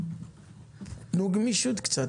תנו גמישות קצת.